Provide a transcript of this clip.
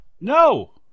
No